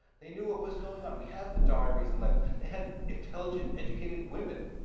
they knew what was going on. we have the diaries and letters. they had intelligent, educated women,